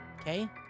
Okay